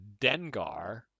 Dengar